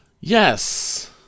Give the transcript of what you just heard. Yes